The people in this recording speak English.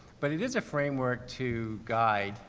but it is framework to guide,